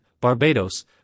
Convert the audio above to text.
Barbados